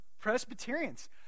Presbyterians